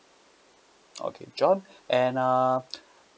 okay john and uh